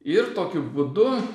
ir tokiu būdu